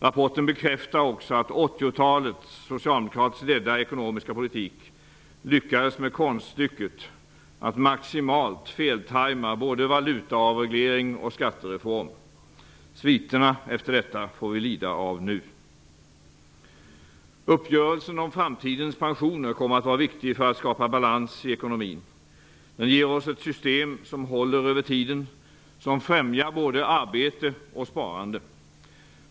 Rapporten bekräftar också att 80-talets socialdemokratiskt ledda ekonomiska politik lyckades med konststycket att maximalt feltajma både valutaavreglering och skattereform. Sviterna efter detta får vi lida av nu. Uppgörelsen om framtidens pensioner kommer att vara viktig för att skapa balans i ekonomin. Den ger oss ett system som håller över tiden, som främjar både arbete och sparande.